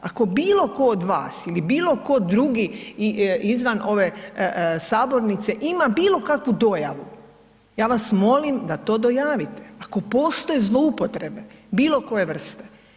Ako bilo tko od vas ili bilo tko drugi izvan ove sabornice ima bilo kakvu dojavu, ja vas molim da to dojavite, ako postoje zloupotrebe bilo koje vrste.